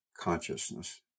consciousness